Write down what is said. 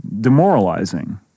demoralizing